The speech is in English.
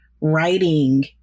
writing